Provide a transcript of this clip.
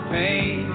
pain